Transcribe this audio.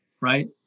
right